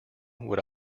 what